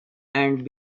and